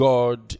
God